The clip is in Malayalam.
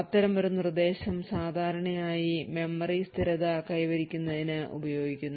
അത്തരമൊരു നിർദ്ദേശം സാധാരണയായി മെമ്മറി സ്ഥിരത കൈവരിക്കുന്നതിന് ഉപയോഗിക്കുന്നു